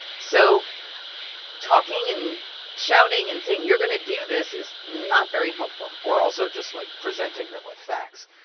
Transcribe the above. so talking and shouting and saying you're going to do this is not very helpful or also just, like, presenting them with facts.